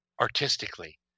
artistically